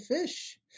fish